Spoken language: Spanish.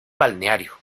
balneario